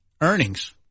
earnings